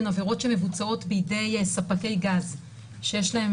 הן עבירות שמבוצעות בידי ספקי גז שיש להם